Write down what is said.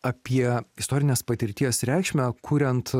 apie istorinės patirties reikšmę kuriant